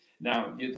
Now